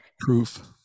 Proof